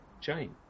chain